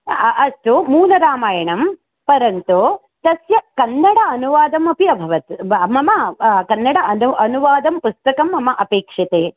अस्तु मूलरामायणं परन्तु तस्य कन्नड अनुवादमपि अभवत् मम कन्नड अन् अनुवादं पुस्तकं मम अपेक्ष्यते